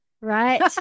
right